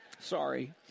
Sorry